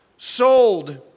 sold